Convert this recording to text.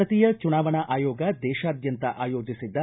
ಭಾರತೀಯ ಚುನಾವಣಾ ಆಯೋಗ ದೇಶಾದ್ಯಂತ ಆಯೋಜಿಸಿದ್ದ